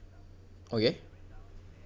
okay